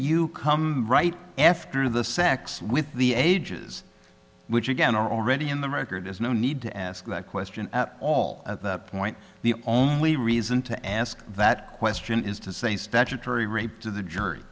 you right after the sex with the ages which again are already in the record is no need to ask that question at all at that point the only reason to ask that question is to say statutory rape to the jury